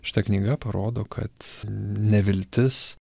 šita knyga parodo kad neviltis